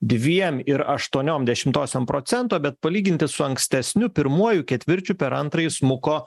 dviem ir aštuoniom dešimtosiom procento bet palyginti su ankstesniu pirmuoju ketvirčiu per antrąjį smuko